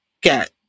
get